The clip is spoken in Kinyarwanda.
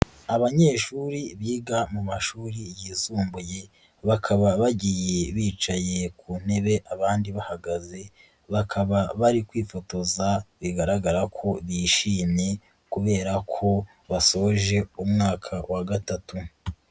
Abanyeshuri biga mu mashuri yisumbuye bakaba bagiye bicaye ku ntebe abandi bahagaze, bakaba bari kwifotoza bigaragara ko bishimye kubera ko basoje umwaka wa gatatu.